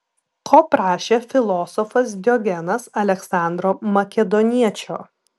ko prašė filosofas diogenas aleksandro makedoniečio